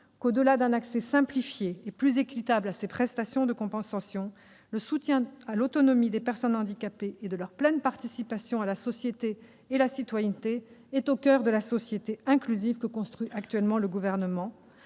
au-delà d'un accès simplifié et plus équitable à ces prestations et compensations, le soutien à l'autonomie des personnes handicapées et à leur pleine participation à la société et à la citoyenneté est au coeur de la société inclusive que construit actuellement le Gouvernement,